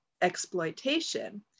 exploitation